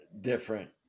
different